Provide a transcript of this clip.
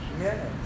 Yes